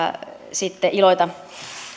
sitten iloita